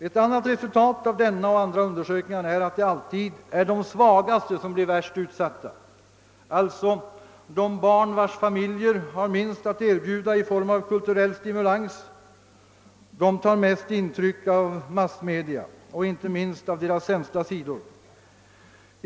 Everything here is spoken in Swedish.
Ett annat resultat av denna och andra undersökningar är att det alltid är de svagaste som blir värst utsatta; de barn vilkas familjer har minst att erbjuda i fråga om kulturell stimulans tar mest intryck av massmedia, inte minst av deras sämsta sidor.